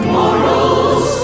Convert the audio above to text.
morals